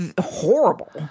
horrible